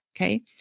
okay